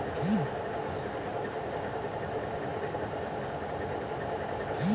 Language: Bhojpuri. रिफ्लेक्शन में कीमत के वसूली कईल जाला